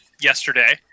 yesterday